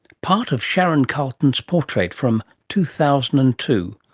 part of sharon carleton's portrait from two thousand and two,